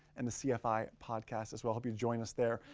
and the cfi podcast as well. hope you join us there.